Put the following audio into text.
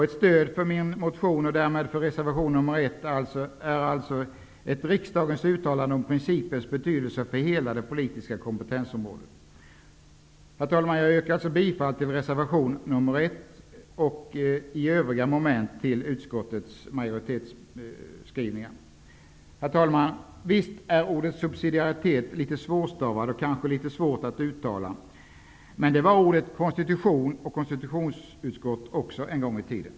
Ett stöd för min motion och därmed reservation nr 1 är alltså ett riksdagens uttalande om principens betydelse för hela det politiska kompetensområdet. Herr talman! Jag yrkar alltså bifall till reservation nr 1 och i övrigt till utskottsmajoritetens skrivning. Herr talman! Visst är ordet subsidiaritet litet svårstavat och kanske litet svårt att uttala, men det var ordet konstitution och konstitutionsutskott också en gång i tiden.